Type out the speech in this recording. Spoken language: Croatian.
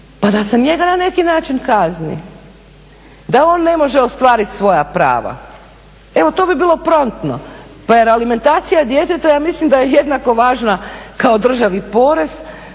pa da se njega na neki način kazni? Da on ne može ostvariti svoja prava. Evo to bi bilo promptno. Alimentacija djeteta ja mislim da je jednako važna kao državi porez,